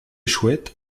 chouettes